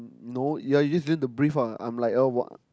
no ya you use it them to breath ah I'm like uh what